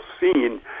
seen